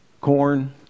corn